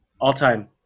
All-time